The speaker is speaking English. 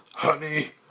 Honey